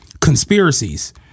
conspiracies